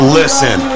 listen